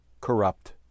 corrupt